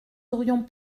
aurions